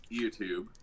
YouTube